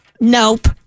Nope